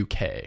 UK